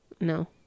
No